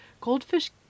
goldfish